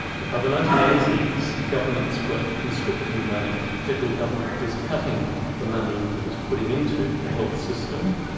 but by the nineteen eighty s governments were constricting money, the federal government was cutting the money it was putting into the health system,